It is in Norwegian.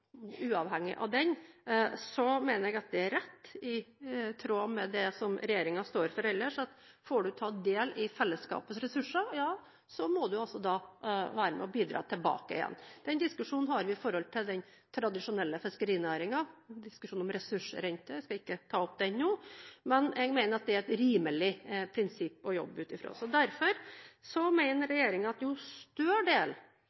uavhengig av den mener jeg det er i tråd med det som regjeringen står for ellers, at får du ta del i fellesskapets ressurser, ja, så må du også bidra tilbake. Den diskusjonen har vi innenfor den tradisjonelle fiskerinæringen og i diskusjonen om ressursrente – jeg skal ikke ta opp den saken nå – men jeg mener det er et rimelig prinsipp å jobbe ut ifra. Derfor